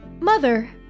Mother